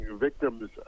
victims